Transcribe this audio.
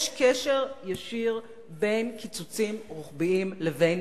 יש קשר ישיר בין קיצוצים רוחביים לבין